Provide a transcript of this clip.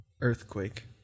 Earthquake